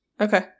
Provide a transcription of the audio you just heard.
Okay